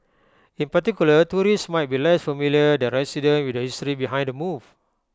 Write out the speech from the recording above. in particular tourists might be less familiar than residents with the history behind the move